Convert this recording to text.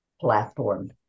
platform